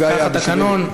כך התקנון.